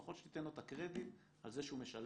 לפחות שתיתן לו את הקרדיט על זה שהוא משלם.